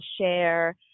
share